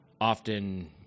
often